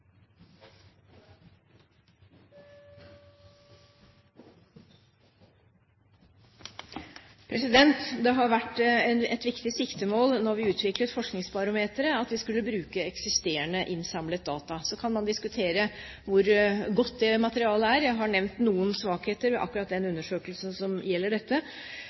Det var et viktig siktemål da vi utviklet Forskningsbarometeret, at vi skulle bruke eksisterende innsamlet data. Så kan man diskutere hvor godt det materialet er. Jeg har nevnt noen svakheter ved akkurat den undersøkelsen som gjelder dette.